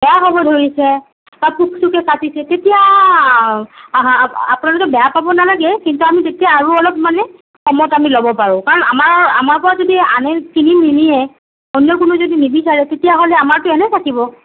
বেয়া হ'ব ধৰিছে বা পোক চোকে কাটিছে তেতিয়া আ আ আপোনালোকে বেয়া পাব নালাগে কিন্তু আমি তেতিয়া আৰু অলপ মানে কমত আমি ল'ব পাৰোঁ কাৰণ আমাৰ আমাৰ পৰা যদি আনে কিনিও নিনিয়ে অন্য কোনোৱে যদি নিবিচাৰে তেতিয়াহ'লে আমাৰটো এনেই থাকিব